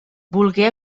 volgué